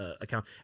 account